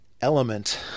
Element